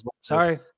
Sorry